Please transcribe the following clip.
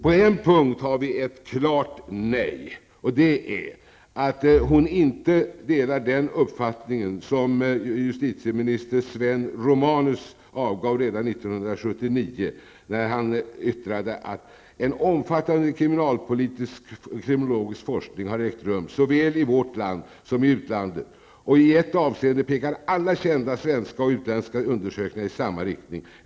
På en punkt har vi ett klart nej. Hon delar inte den uppfattning som justitieminister Sven Romanus gav uttryck för redan 1979, när han yttrade: En omfattande kriminologisk forskning har ägt rum såväl i vårt land som i utlandet, och i ett avseende pekar alla kända svenska och utländska undersökningar i samma riktning.